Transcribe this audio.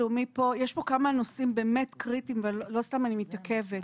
יש פה כמה נושאים קריטיים, ולא סתם אני מתעכבת.